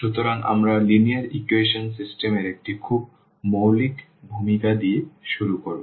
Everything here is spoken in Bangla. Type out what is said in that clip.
সুতরাং আমরা লিনিয়ার ইকুয়েশন সিস্টেম এর একটি খুব মৌলিক ভূমিকা দিয়ে শুরু করব